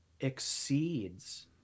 exceeds